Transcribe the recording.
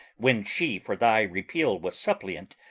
when she for thy repeal was suppliant,